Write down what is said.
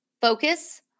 Focus